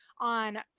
on